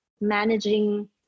managing